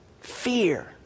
fear